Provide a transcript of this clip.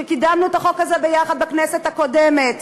שקידמנו את החוק הזה ביחד בכנסת הקודמת,